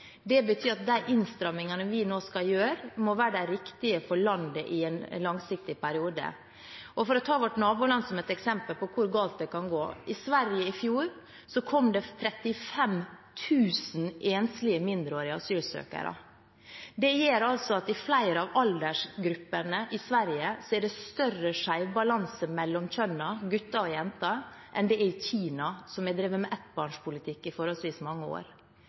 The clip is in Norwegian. Det betyr at de innstramningene vi nå skal gjøre, må være de riktige for landet i en langsiktig periode. For å ta vårt naboland som et eksempel på hvor galt det kan gå: I Sverige kom det i fjor 35 000 enslige mindreårige asylsøkere. Det gjør at i flere av aldersgruppene i Sverige er det større skjevbalanse mellom kjønnene, gutter og jenter, enn det er i Kina, som har drevet med ettbarnspolitikk i forholdsvis mange år.